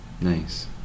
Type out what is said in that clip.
Nice